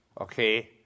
Okay